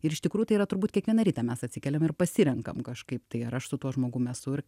ir iš tikrųjų tai yra turbūt kiekvieną rytą mes atsikeliam ir pasirenkam kažkaip tai ar aš su tuo žmogum esu ir